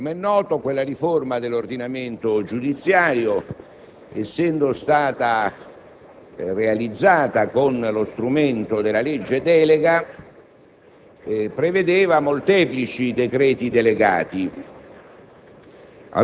Com'è noto, tale riforma dell'ordinamento giudiziario, essendo stata realizzata con lo strumento della legge delega, prevedeva molteplici decreti delegati.